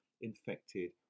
infected